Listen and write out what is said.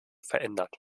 verändert